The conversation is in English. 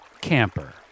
camper